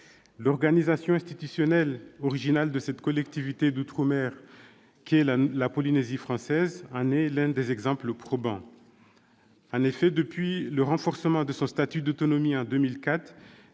L'organisation institutionnelle originale de cette collectivité d'outre-mer que constitue la Polynésie française en est l'un des exemples probants. En effet, depuis le renforcement, en 2004, du statut d'autonomie dont